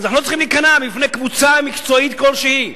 אנחנו לא צריכים להיכנע בפני קבוצה מקצועית כלשהי.